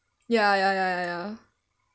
ya ya ya ya ya